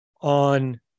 on